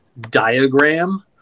diagram